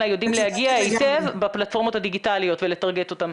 יודעים להגיע היטב בפלטפורמות הדיגיטליות ולטרגט אותם.